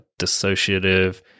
dissociative